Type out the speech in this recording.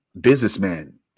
businessman